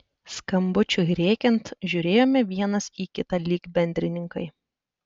skambučiui rėkiant žiūrėjome vienas į kitą lyg bendrininkai